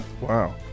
Wow